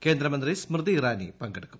കേന്ദ്രമന്ത്രി സ്മൃതി ഇറാനി പങ്കെടുക്കും